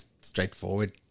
straightforward